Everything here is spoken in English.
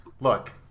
Look